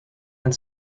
and